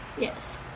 Yes